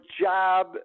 job